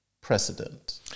precedent